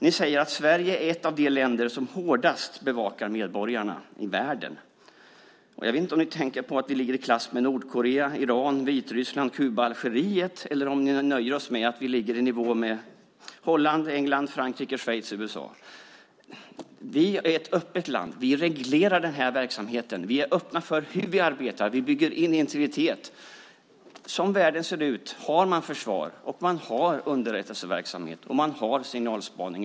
Ni säger att Sverige är ett av de länder som hårdast i världen bevakar medborgarna. Jag vet inte om ni tänker på att vi ligger i klass med Nordkorea, Iran, Vitryssland, Kuba och Algeriet eller om ni nöjer er med att vi ligger i nivå med Holland, England, Frankrike, Schweiz och USA. Vi är ett öppet land. Vi reglerar den här verksamheten. Vi är öppna för hur vi arbetar. Vi bygger in integritet. Som världen ser ut har man försvar, man har underrättelseverksamhet och man har signalspaning.